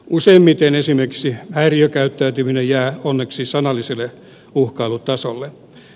useimmiten esimerkiksi häiriökäyttäytyminen jää onneksi sanallisen uhkailun tasolle